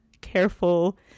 careful